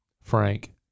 frank